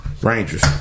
Rangers